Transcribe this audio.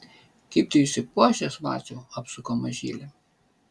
kaip tu išsipuošęs vaciau apsuko mažylį